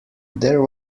there